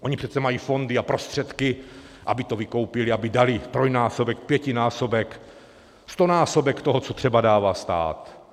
Oni přece mají fondy a prostředky, aby to vykoupili, aby dali trojnásobek, pětinásobek, stonásobek toho, co třeba dává stát.